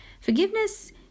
Forgiveness